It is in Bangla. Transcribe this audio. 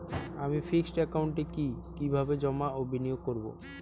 আমি ফিক্সড একাউন্টে কি কিভাবে জমা ও বিনিয়োগ করব?